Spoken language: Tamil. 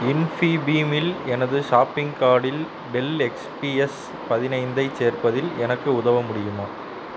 இன்ஃபீபீமில் எனது ஷாப்பிங் கார்டில் டெல் எக்ஸ்பிஎஸ் பதினைந்தைச் சேர்ப்பதில் எனக்கு உதவ முடியுமா